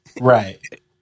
Right